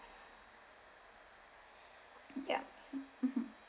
ya so mmhmm